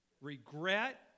regret